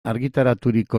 argitaraturiko